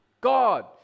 God